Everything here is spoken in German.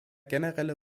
generelle